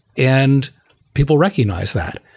and people recognized that.